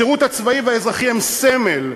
השירות הצבאי והשירות האזרחי הם סמל,